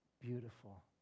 beautiful